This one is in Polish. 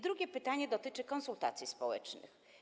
Drugie pytanie dotyczy konsultacji społecznych.